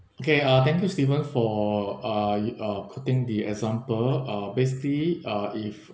okay uh thank you stephen for uh you uh quoting the example uh basically uh if